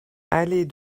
allée